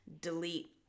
delete